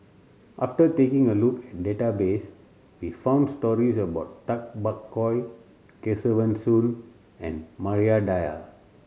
after taking a look at database we found stories about Tay Bak Koi Kesavan Soon and Maria Dyer